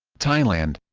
thailand